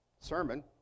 sermon